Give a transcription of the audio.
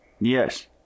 Yes